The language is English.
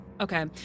okay